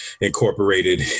incorporated